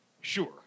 sure